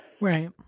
Right